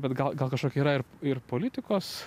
bet gal gal kažkokie yra ir ir politikos